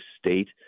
state